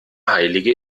heilige